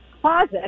closet